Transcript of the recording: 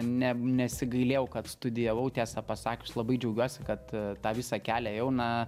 ne nesigailėjau kad studijavau tiesą pasakius labai džiaugiuosi kad tą visą kelią ėjau na